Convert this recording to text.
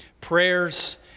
prayers